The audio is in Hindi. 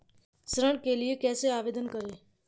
ऋण के लिए कैसे आवेदन करें?